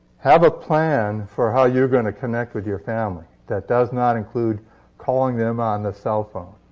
have a plan for how you're going to connect with your family that does not include calling them on the cell phone.